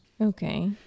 okay